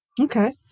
Okay